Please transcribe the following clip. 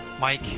Mike